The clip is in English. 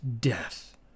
death